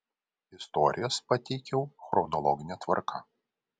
istorijas pateikiau chronologine tvarka